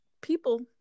people